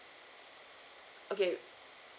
okay